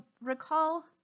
recall